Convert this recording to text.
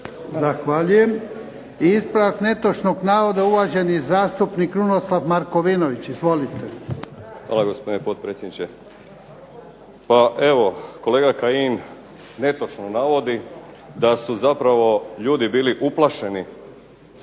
Zahvaljujem. Ispravak netočnog navoda, uvaženi zastupnik Krunoslav Markovinović. Izvolite. **Markovinović, Krunoslav (HDZ)** Hvala gospodine potpredsjedniče. Pa evo, kolega Kajin netočno navodi da su zapravo ljudi bili uplašeni